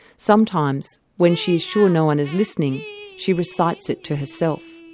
sometimes when she is sure no one is listening she recites it to herself.